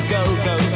go-go